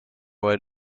were